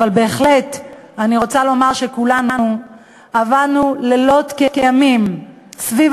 אבל אני בהחלט רוצה לומר שכולנו עבדנו לילות כימים סביב